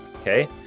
okay